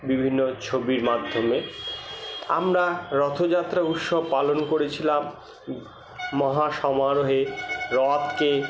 বিভিন্ন ছবির মাধ্যমে আমরা রথযাত্রা উৎসব পালন করেছিলাম মহা সমারোহে রথকে